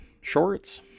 shorts